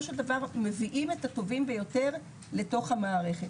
של דבר מביאים את הטובים ביותר לתוך המערכת,